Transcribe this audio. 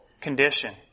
condition